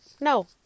No